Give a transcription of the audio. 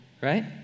right